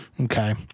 Okay